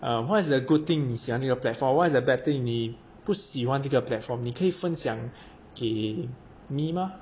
err what is the good thing 你喜欢这个 platform or what is the bad thing 你不喜欢这个 platform 你可以分享给 me mah